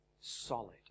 solid